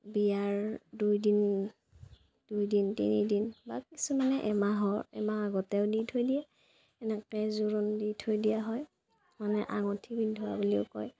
বিয়াৰ দুই দিন দুইদিন তিনিদিন বা কিছুমানে এমাহৰ এমাহ আগতেও দি থৈ দিয়ে এনেকে জোৰোণ দি থৈ দিয়া হয় মানে আঙুঠি পিন্ধোৱা বুলিও কয়